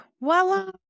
voila